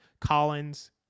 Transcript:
collins